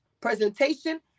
presentation